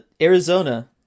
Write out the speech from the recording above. Arizona